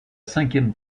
cinquième